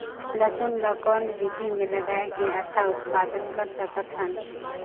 लसुन ल कौन विधि मे लगाय के अच्छा उत्पादन कर सकत हन?